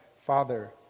Father